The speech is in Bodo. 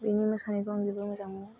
बिनि मोसानायखौ आं जोबोर मोजां मोनो